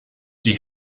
die